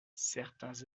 certains